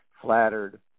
flattered